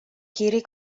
kiri